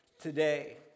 today